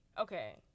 Okay